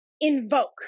invoke